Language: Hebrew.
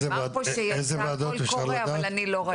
נאמר פה שיצא קול קורא, אבל אני לא ראיתי.